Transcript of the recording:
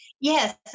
Yes